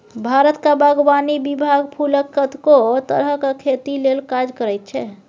भारतक बागवानी विभाग फुलक कतेको तरहक खेती लेल काज करैत छै